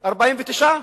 49?